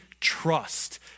Trust